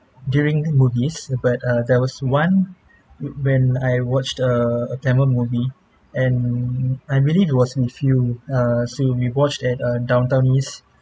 during movies but uh there was one when I watched err a tamil movie and I really was infume uh so we watched at uh downtown east